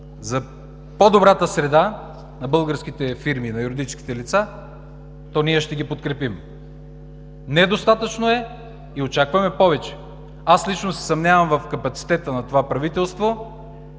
за по-добрата среда на българските фирми, на юридическите лица, то ние ще ги подкрепим. Недостатъчно е и очакваме повече! Аз лично се съмнявам в капацитета на това правителство